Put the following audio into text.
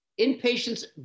inpatients